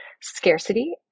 scarcity